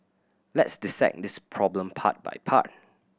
let's dissect this problem part by part